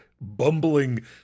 bumbling